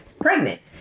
pregnant